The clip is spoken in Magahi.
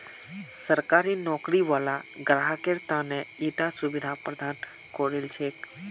सरकारी नौकरी वाला ग्राहकेर त न ईटा सुविधा प्रदान करील छेक